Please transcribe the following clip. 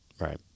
right